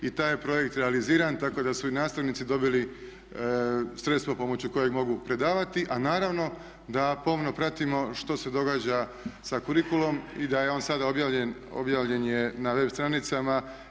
I taj je projekt realiziran, tako da su i nastavnici dobili sredstvo pomoću kojeg mogu predavati, a naravno da pomno pratimo što se događa sa kurikulom i da je on sada objavljen, objavljen je na web stranicama.